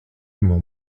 mon